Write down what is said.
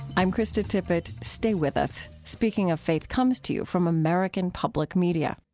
i'm krista tippett. stay with us. speaking of faith comes to you from american public media